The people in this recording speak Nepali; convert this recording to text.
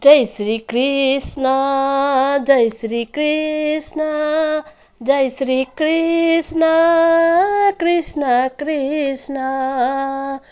जय श्री कृष्ण जय श्री कृष्ण जय श्री कृष्ण कृष्ण कृष्ण